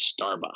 Starbucks